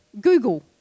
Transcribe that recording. Google